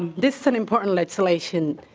this is an important legislation.